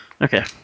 Okay